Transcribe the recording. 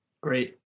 Great